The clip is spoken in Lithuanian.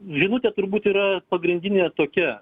žinutė turbūt yra pagrindinė tokia